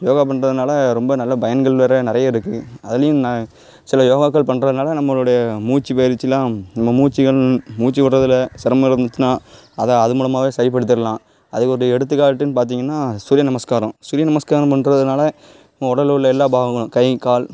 யோகா பண்ணுறதுனால ரொம்ப நல்ல பயன்கள் வேறு நிறைய இருக்குது அதிலையும் நான் சில யோகாக்கள் பண்ணுறனால நம்மளுடைய மூச்சு பயிற்சியெலாம் நம்ம மூச்சுகள் மூச்சு விட்றதுல சிரமம் இருந்துச்சின்னால் அதை அது மூலமாகவே சரிப்படுத்திடலாம் அதுக்கு ஒரு எடுத்துக்காட்டுன்னு பார்த்தீங்கன்னா சூரிய நமஸ்காரம் சூரிய நமஸ்காரம் பண்ணுறதுனால நம்ம உடலிலுள்ள எல்லா பாகங்களும் கை கால்